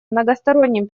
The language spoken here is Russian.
многосторонним